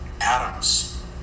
atoms